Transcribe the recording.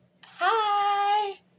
Hi